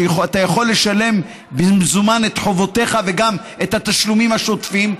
שאתה יכול לשלם במזומן את חובותיך וגם את התשלומים השוטפים,